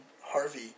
Harvey